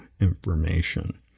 information